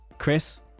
Chris